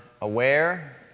aware